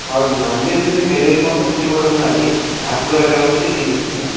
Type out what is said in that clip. हजुर हामीले जुन चाहिँ सेलेरी पाउँछ त्योबाट उनीहरूले हाफ गरेर मात्रै दिनु खोज्छ